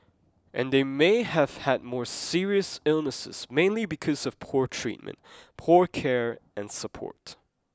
and they may have had more serious illnesses mainly because of poor treatment poor care and support